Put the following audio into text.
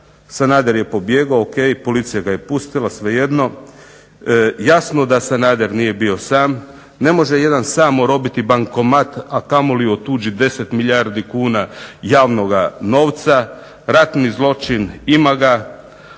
Sanader je pobjegao o.k. policija ga je pustila svejedno, jasno da Sanader nije bio sam. Ne može jedan sam orobiti bankomat, a kamoli otuđiti 10 milijardi kuna javnog novca. Radni zločin, ima ga.